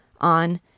on